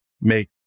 make